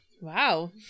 Wow